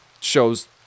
shows